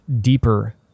deeper